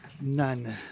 None